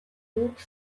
book